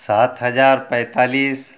सात हज़ार पैंतालीस